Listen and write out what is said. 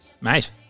mate